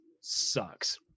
sucks